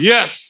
Yes